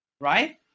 Right